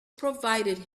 provided